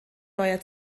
neuer